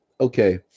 okay